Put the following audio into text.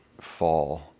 fall